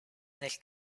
nel